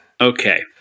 Okay